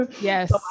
Yes